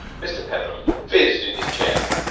mr. petheram fizzed in his chair.